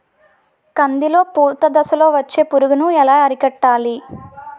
కందిలో పూత దశలో వచ్చే పురుగును ఎలా అరికట్టాలి?